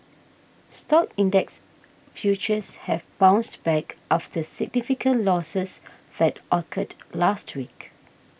stock index futures have bounced back after significant losses that occurred last week